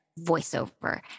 voiceover